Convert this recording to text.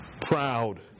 proud